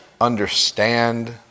understand